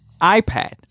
iPad